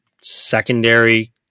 secondary